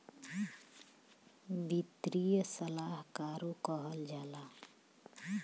वित्तीय सलाहकारो कहल जाला